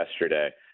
yesterday